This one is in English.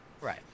Right